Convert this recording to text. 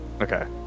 Okay